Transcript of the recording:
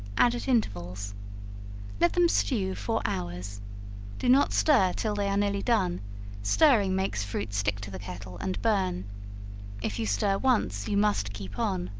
add at intervals let them stew four hours do not stir till they are nearly done stirring makes fruit stick to the kettle and burn if you stir once you must keep on.